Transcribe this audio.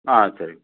ஆ சரிங்க